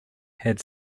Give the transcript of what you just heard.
had